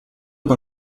per